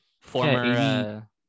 former –